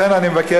לכן אני מבקש,